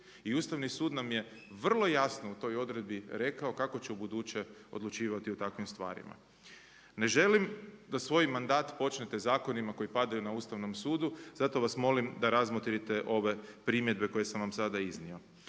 Ustavni sud nam je vrlo jasno u toj odredbi rekao kako će ubuduće odlučivati u takvim stvarima. Ne želim da svoj mandat počnete zakonima koji padaju na Ustavnom sudu zato vas molim da razmotrite ove primjedbe koje sam vam sada iznio.